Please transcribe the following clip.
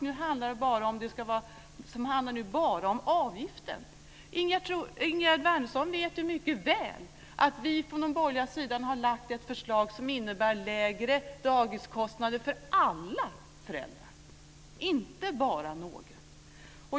Nu handlar det bara om avgiften. Ingegerd Wärnersson vet mycket väl att vi från den borgerliga sidan har lagt fram ett förslag som innebär lägre dagiskostnader för alla föräldrar, inte bara några.